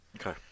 Okay